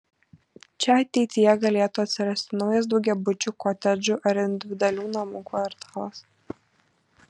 čia ateityje galėtų atsirasti naujas daugiabučių kotedžų ar individualių namų kvartalas